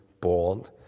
bond